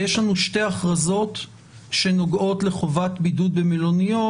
ויש לנו שתי הכרזות שנוגעות לחובת בידוד במלוניות,